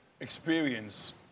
experience